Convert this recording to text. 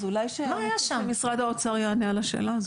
אז אולי שהנציג של משרד האוצר יענה על השאלה הזאת.